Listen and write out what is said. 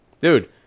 Dude